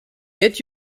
get